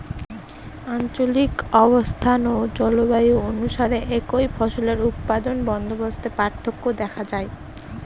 আঞ্চলিক অবস্থান ও জলবায়ু অনুসারে একই ফসলের উৎপাদন বন্দোবস্তে পার্থক্য দেখা যায়